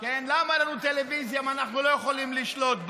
למה לנו טלוויזיה אם אנחנו לא יכולים לשלוט בה?